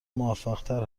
موفقتر